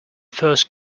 first